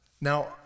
Now